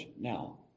now